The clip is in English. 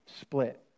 split